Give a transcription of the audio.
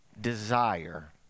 desire